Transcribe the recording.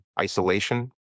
isolation